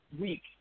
week